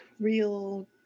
real